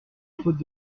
faute